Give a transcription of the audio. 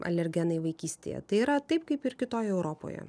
alergenai vaikystėje tai yra taip kaip ir kitoje europoje